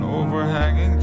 overhanging